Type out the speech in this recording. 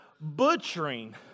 butchering